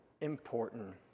important